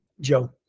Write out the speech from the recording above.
Joe